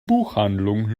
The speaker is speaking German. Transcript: buchhandlung